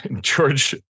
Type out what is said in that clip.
George